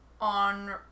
on